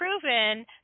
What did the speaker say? proven